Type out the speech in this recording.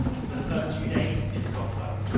for the first two days it had gone well,